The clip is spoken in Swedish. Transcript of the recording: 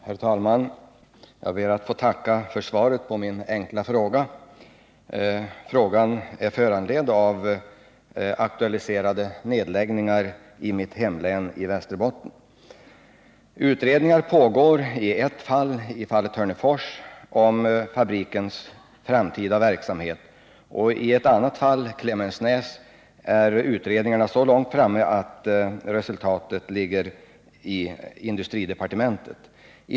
Herr talman! Jag ber att få tacka för svaret på min fråga. Frågan är föranledd av aktualiserade nedläggningar i mitt hemlän. 37 Utredningar pågår i ett fall, Hörnefors, om fabrikens framtida verksamhet. I ett annat fall, Klemensnäs, är utredningarna så långt framme att resultatet ligger i industridepartementet.